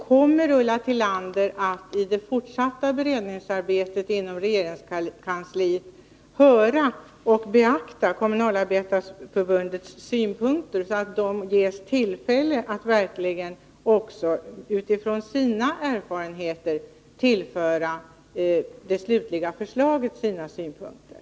Kommer Ulla Tillander i det fortsatta beredningsarbetet inom regeringskansliet att höra och ta hänsyn till Kommunalarbetareförbundet, så att förbundet ges tillfälle att verkligen, utifrån sina erfarenheter, tillföra det slutliga förslaget sina synpunkter?